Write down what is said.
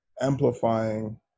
amplifying